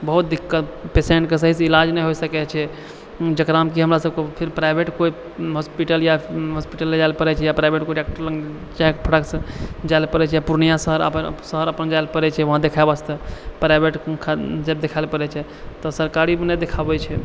बहुत दिक्कत पेसेन्टके सहीसँ इलाज नहि होए सकैत छै जेकरामे कि हमरा सबकेँ फिर प्राइवेट कोई हॉस्पिटल या हॉस्पिटल लए जाइ लए पड़ैत छै या प्राइवेट कोई डॉक्टर लग जाइ लए पड़ैत छै पूर्णियाँ शहर अपन जाइ लए पड़ैत छै वहाँ देखए वास्ते प्राइवेट देखाए लए पड़ैत छै तऽ सरकारीमे नहि देखाबए छै